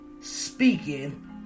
speaking